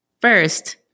first